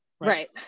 Right